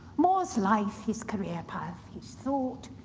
more's life, his career path, his thought,